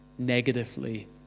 negatively